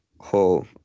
whole